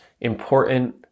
important